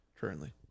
Currently